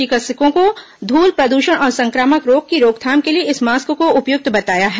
चिकित्सकों ने धूल प्रदूषण और संक्रामक रोग की रोकथाम के लिए इस मास्क को उपयुक्त बताया है